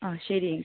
ആ ശരിയെങ്കിൽ